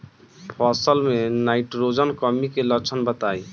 फसल में नाइट्रोजन कमी के लक्षण बताइ?